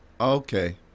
Okay